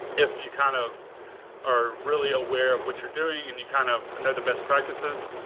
if you kind of are really aware of what you're doing and you kind of know the best practices.